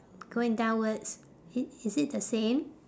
going downwards i~ is it the same